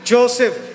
Joseph